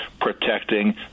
protecting